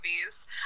movies